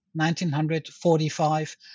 1945